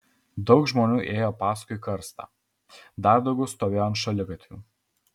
daug žmonių ėjo paskui karstą dar daugiau stovėjo ant šaligatvių